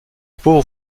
pauvres